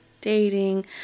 dating